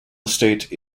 estate